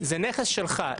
זה נכס שלך.